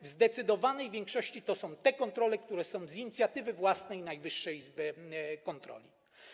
W zdecydowanej większości to są te kontrole, które są prowadzone z inicjatywy własnej Najwyższej Izby Kontroli.